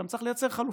צריך לייצר גם חלופות.